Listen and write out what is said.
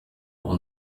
ubu